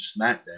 SmackDown